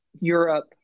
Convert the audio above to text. europe